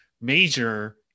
major